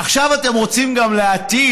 עכשיו אתם רוצים גם להטיל